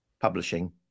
publishing